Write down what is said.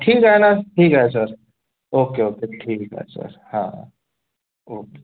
ठीक आहे ना ठीक आहे सर ओक्के ओक्के ठीक आहे सर हां ओके